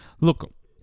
Look